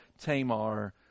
Tamar